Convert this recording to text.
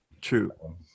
True